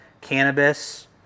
cannabis